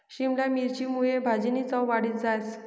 शिमला मिरची मुये भाजीनी चव वाढी जास